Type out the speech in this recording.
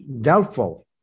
doubtful